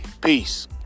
peace